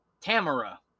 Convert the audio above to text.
Tamara